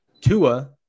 Tua